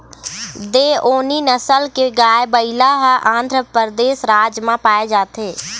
देओनी नसल के गाय, बइला ह आंध्रपरदेस राज म पाए जाथे